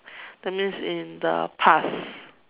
that means in the past